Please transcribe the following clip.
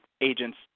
agent's